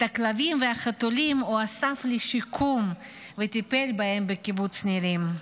את הכלבים והחתולים הוא אסף לשיקום וטיפל בהם בקיבוץ נירים.